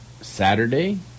Saturday